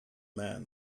man